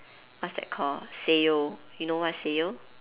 what's that call Sanyo you know what's Sanyo